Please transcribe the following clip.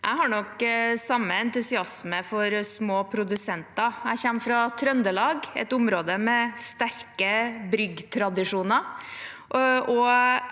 Jeg har nok samme entusiasme for små produsenter. Jeg kommer fra Trøndelag, et område med sterke bryggtradisjoner.